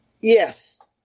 Yes